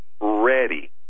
ready